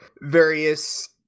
various